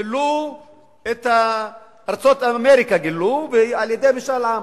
גילו את ארצות אמריקה על-ידי משאל עם.